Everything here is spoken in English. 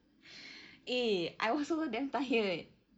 I was also damn tired